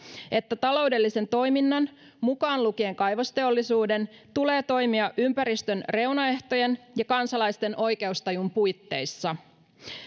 että taloudellisen toiminnan mukaan lukien kaivosteollisuuden tulee toimia ympäristön reunaehtojen ja kansalaisten oikeustajun puitteissa